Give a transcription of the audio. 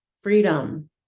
freedom